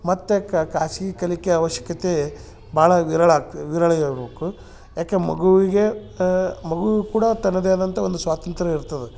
ಮತ್ತು ಖಾಸ್ಗಿ ಕಲಿಕೆ ಆವಶ್ಯಕತೆ ಭಾಳ ವಿರಳ ಆಗ್ತದೆ ವಿರಳ ಇರಬೇಕು ಯಾಕೆ ಮಗುವಿಗೆ ಮಗುವಿಗೆ ಕೂಡ ತನ್ನದೇ ಆದಂಥ ಒಂದು ಸ್ವಾತಂತ್ರ್ಯ ಇರ್ತದ